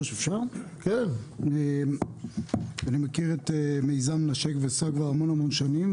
אני מכיר את מיזם 'נשק וסע' כבר המון המון שנים,